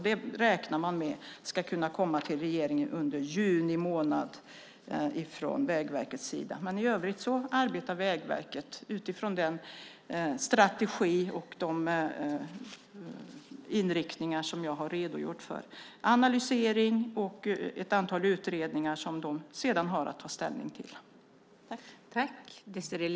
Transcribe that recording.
Detta räknar man med ska kunna komma till regeringen under juni månad från Vägverkets sida. Men i övrigt arbetar Vägverket utifrån den strategi och de inriktningar som jag har redogjort för: analysering och ett antal utredningar som de sedan har att ta ställning till.